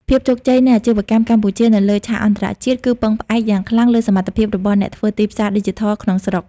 ភាពជោគជ័យនៃអាជីវកម្មកម្ពុជានៅលើឆាកអន្តរជាតិ គឺពឹងផ្អែកយ៉ាងខ្លាំងលើសមត្ថភាពរបស់អ្នកធ្វើទីផ្សារឌីជីថលក្នុងស្រុក។